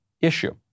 issue